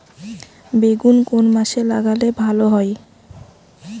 বেগুন কোন মাসে লাগালে ভালো হয়?